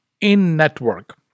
in-network